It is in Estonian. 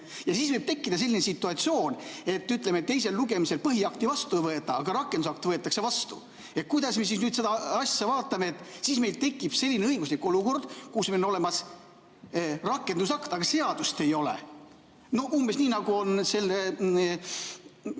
ja siis võib tekkida selline situatsioon, et teisel lugemisel põhiakti vastu ei võeta, aga rakendusakt võetakse vastu. Kuidas me nüüd seda asja vaatame? Siis meil tekib selline õiguslik olukord, kus meil on olemas rakendusakt, aga seadust ei ole. Umbes nii, nagu on selle